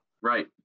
Right